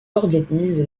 organise